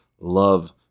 love